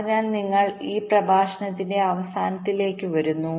അതിനാൽ ഞങ്ങൾ ഈ പ്രഭാഷണത്തിന്റെ അവസാനത്തിലേക്ക് വരുന്നു